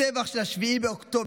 הטבח של 7 באוקטובר